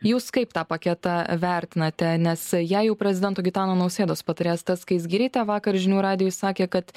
jūs kaip tą paketą vertinate nes jei jau prezidento gitano nausėdos patarėja asta skaisgirytė vakar žinių radijui sakė kad